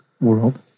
world